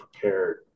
prepared